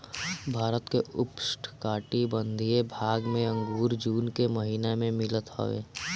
भारत के उपोष्णकटिबंधीय भाग में अंगूर जून के महिना में मिलत हवे